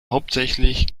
hauptsächlich